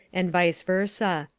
and vice versa.